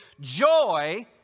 joy